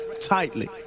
tightly